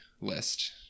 list